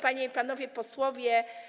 Panie i Panowie Posłowie!